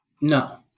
No